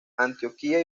antioquia